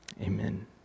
Amen